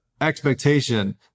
expectation